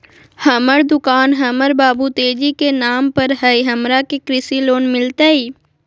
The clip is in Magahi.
हमर दुकान हमर बाबु तेजी के नाम पर हई, हमरा के कृषि लोन मिलतई?